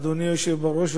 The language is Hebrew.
אדוני היושב-ראש,